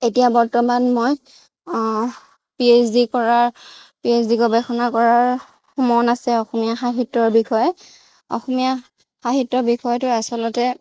এতিয়া বৰ্তমান মই পি এইছ ডি কৰাৰ পি এইছ ডি গৱেষণা কৰাৰ মন আছে অসমীয়া সাহিত্যৰ বিষয়ে অসমীয়া সাহিত্যৰ বিষয়টো আচলতে